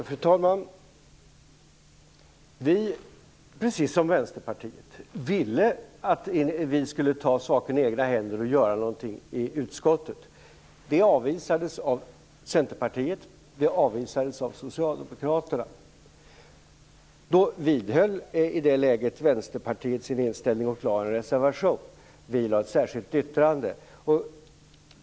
Fru talman! Moderaterna ville precis som Vänsterpartiet att vi i utskottet skulle ta saken i egna händer och göra någonting. Det avvisades av Centerpartiet och Socialdemokraterna. I det läget vidhöll Vänsterpartiet sin inställning och gjorde en reservation, och vi avgav ett särskilt yttrande.